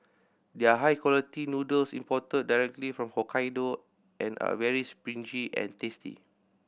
their high quality noodles imported directly from Hokkaido and are very springy and tasty